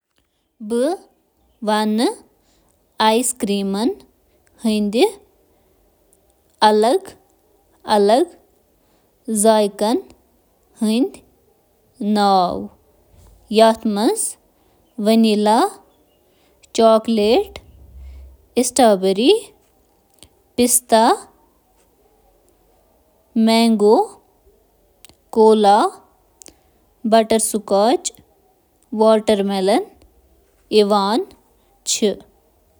کینٛہہ ice cream ذائقہٕ چھِ: vanilla: chocolate, mint chocolate chip, kulfi, cookies and cream, kulfi, strawberry تہٕ باقی۔